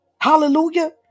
hallelujah